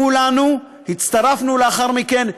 כולנו הצטרפנו לאחר מכן.